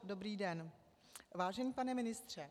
Dobrý den, vážený pane ministře.